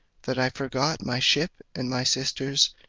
that i forgot my ship and my sisters,